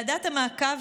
ועדת המעקב,